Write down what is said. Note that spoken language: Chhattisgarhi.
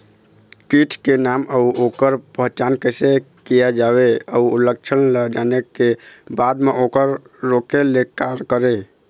कीट के नाम अउ ओकर पहचान कैसे किया जावे अउ लक्षण ला जाने के बाद मा ओकर रोके ले का करें?